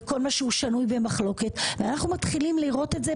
לכל מה שהוא שנוי במחלוקת ואנחנו מתחילים לראות את זה,